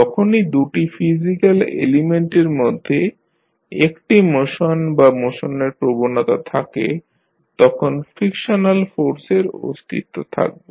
যখনই দুটি ফিজিক্যাল এলিমেন্টের মধ্যে একটি মোশন বা মোশনের প্রবণতা থাকে তখন ফ্রিকশনাল ফোর্সের অস্তিত্ব থাকবে